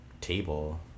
table